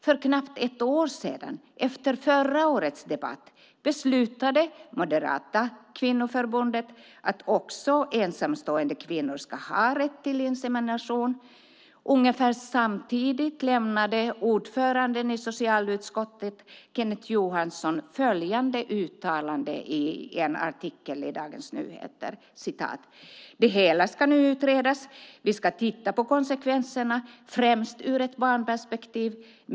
För knappt ett år sedan, efter förra årets debatt, beslutade Moderaternas kvinnoförbund att också ensamstående kvinnor ska ha rätt till insemination. Ungefär samtidigt gjorde ordföranden i socialutskottet Kenneth Johansson följande uttalande i en artikel i Dagens Nyheter: "Det hela ska nu utredas. Vi ska titta på konsekvenserna, främst ur ett barnperspektiv.